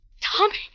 Tommy